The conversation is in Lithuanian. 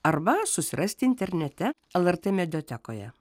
arba susirasti internete lrt mediatekoje